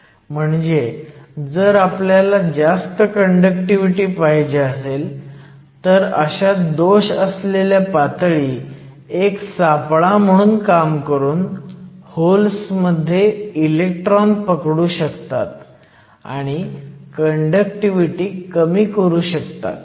म्हणजे जर आपल्याला जास्त कंडक्टिव्हिटी पाहिजे असेल तर अशा दोष असलेल्या पातळी एक सापळा म्हणून काम करून होल्स मध्ये इलेक्ट्रॉन पकडू शकतात आणि कंडक्टिव्हिटी कमी करू शकतात